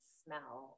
smell